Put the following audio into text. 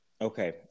Okay